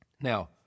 Now